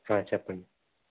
చెప్పండి